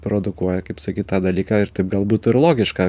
produkuoja kaip sakyt tą dalyką ir taip gal būtų ir logiška